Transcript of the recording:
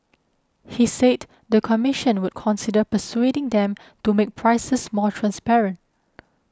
he said the commission would consider persuading them to make prices more transparent